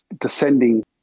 descending